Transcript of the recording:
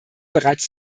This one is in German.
bereits